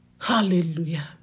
Hallelujah